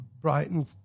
Brighton